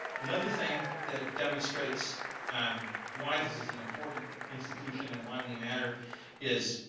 another thing that demonstrates um why this is an important institution and why we matter is